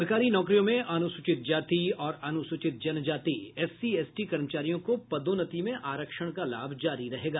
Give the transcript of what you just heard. सरकारी नौकरियों में अनुसूचित जाति और अनुसूचित जनजाति एससी एसटी कर्मचारियों को पदोन्नति में आरक्षण का लाभ जारी रहेगा